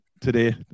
today